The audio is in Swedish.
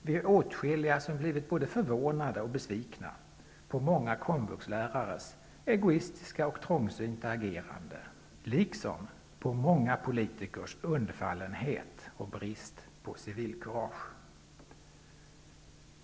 Vi är åtskilliga som har blivit både förvånade och besvikna på många komvuxlärares egoistiska och trångsynta agerande liksom på många politikers undfallenhet och brist på civilkurage.